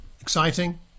exciting